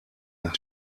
nach